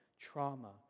trauma